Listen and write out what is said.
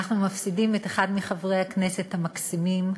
אנחנו מפסידים את אחד מחברי הכנסת המקסימים,